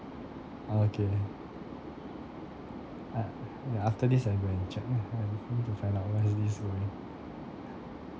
oh okay ah ya after this I go and check need to find out where is this going